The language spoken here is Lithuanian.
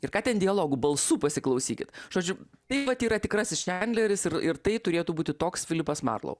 ir ką ten dialogu balsų pasiklausykit žodžių taip vat yra tikrasis čandleris ir ir tai turėtų būti toks filipas marlau